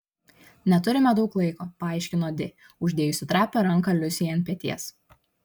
neturime daug laiko paaiškino di uždėjusi trapią ranką liusei ant peties